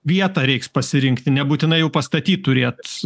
vietą reiks pasirinkti nebūtina jau pastatyt turėt